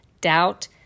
doubt